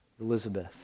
Elizabeth